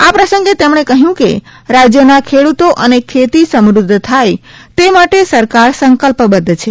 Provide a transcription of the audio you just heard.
આ પ્રસંગે તેમણે કહ્યુ કે રાજયના ખેડૂતો અને ખેતી સમૂદ્ધ થાય તે માટે સરકાર સંકલ્પબદ્ધ છે